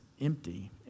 empty